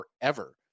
forever